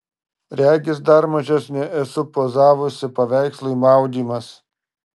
regis dar mažesnė esu pozavusi paveikslui maudymas